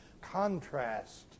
Contrast